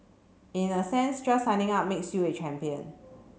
in a sense just signing up makes you a champion